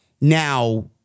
Now